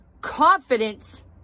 confidence